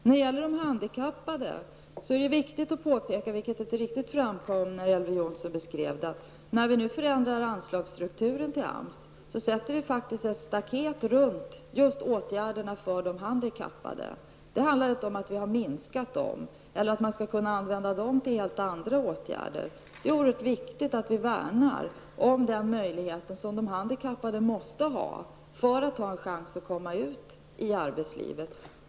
När det gäller de handikappade är det viktigt att påpeka, vilket inte riktigt framkom i Elver Jonssons beskrivning, att vi faktiskt sätter ett staket runt just åtgärderna för de handikappade när vi nu förändrar anslagsstrukturen för AMS. Det handlar inte om att vi har minskat anslagen eller att man skall kunna använda dem till helt andra åtgärder. Det är oehört viktigt att vi värnar om de möjligheter som de handikappade måste ha för att ha en chans att komma ut i arbetslivet.